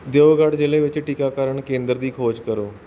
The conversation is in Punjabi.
ਦਿਓਗੜ ਜ਼ਿਲ੍ਹੇ ਵਿੱਚ ਟੀਕਾਕਰਨ ਕੇਂਦਰ ਦੀ ਖੋਜ ਕਰੋ